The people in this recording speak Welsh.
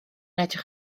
edrych